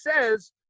says